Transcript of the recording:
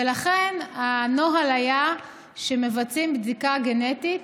ולכן הנוהל היה שמבצעים בדיקה גנטית,